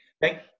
Thank